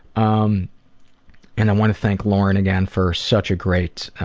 um and i want to thank lauren again for such a great,